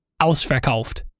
ausverkauft